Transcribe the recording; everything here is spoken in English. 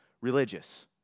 religious